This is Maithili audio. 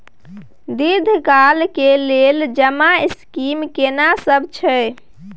दीर्घ काल के लेल जमा स्कीम केना सब छै?